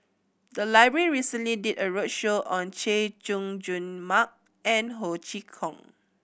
the library recently did a roadshow on Chay Jung Jun Mark and Ho Chee Kong